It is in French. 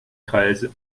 treize